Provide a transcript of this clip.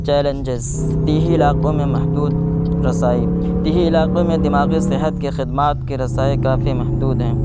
challenges دیہی علاقوں میں محدود رسائی دیہی علاقوں میں دماغی صحت کے خدمات کی رسائی کافی محدود ہیں